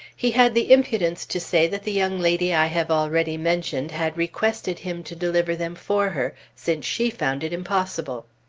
he had the impudence to say that the young lady i have already mentioned had requested him to deliver them for her, since she found it impossible.